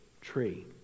tree